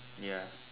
ya